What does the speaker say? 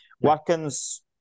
Watkins